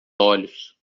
olhos